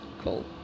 cool